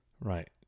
Right